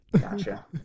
Gotcha